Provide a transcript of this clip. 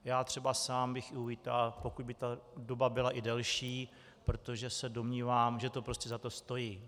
Já sám bych i uvítal, pokud by doba byla i delší, protože se domnívám, že to prostě za to stojí.